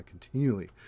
continually